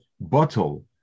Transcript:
bottle